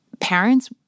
parents